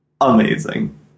amazing